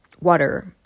water